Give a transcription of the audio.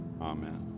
Amen